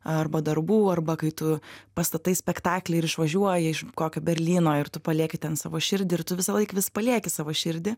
arba darbų arba kai tu pastatai spektaklį ir išvažiuoji iš kokio berlyno ir tu palieki ten savo širdį ir tu visąlaik vis palieki savo širdį